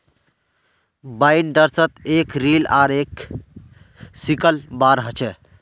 बाइंडर्सत एक रील आर एक सिकल बार ह छे